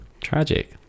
Tragic